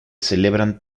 celebran